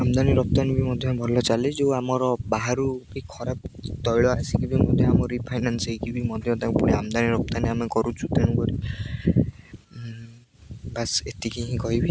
ଆମଦାନୀ ରପ୍ତାନୀ ବି ମଧ୍ୟ ଭଲ ଚାଲି ଯୋଉ ଆମର ବାହାରୁ ବି ଖରାପ ତୈଳ ଆସିକି ବି ମଧ୍ୟ ଆମ ରିଫାଇନ୍ ହୋଇକି ବି ମଧ୍ୟ ତାକୁ ଆମଦାନୀ ରପ୍ତାନୀ ଆମେ କରୁଛୁ ତେଣୁକରି ବାସ୍ ଏତିକି ହିଁ କହିବି